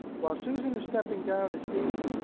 while susan is stepping down as dean,